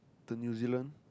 the New-Zealand